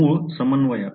मूळ समन्वय